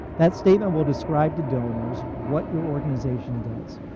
that statement will describe to donors what your organization does.